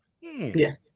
Yes